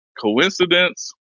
coincidence